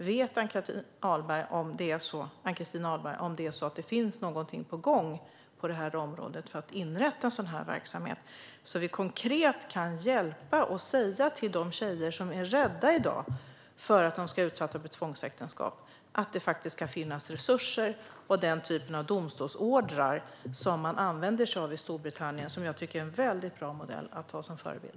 Vet Ann-Christin Ahlberg om det finns något på gång på området för att inrätta en sådan verksamhet, så att vi konkret kan hjälpa de tjejer som i dag är rädda för att de ska utsättas för tvångsäktenskap så att det finns resurser och den typen av domstolsorder som används i Storbritannien? Det är en mycket bra modell att ha som förebild.